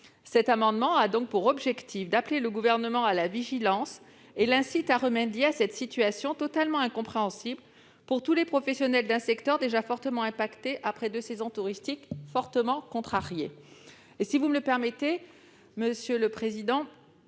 Cet amendement a donc pour objet d'appeler le Gouvernement à la vigilance et de l'inciter à remédier à cette situation totalement incompréhensible pour tous les professionnels d'un secteur déjà fortement affecté par deux saisons touristiques contrariées. En conclusion, monsieur le secrétaire